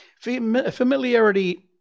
familiarity